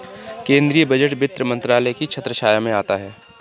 केंद्रीय बजट वित्त मंत्रालय की छत्रछाया में आता है